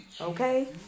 Okay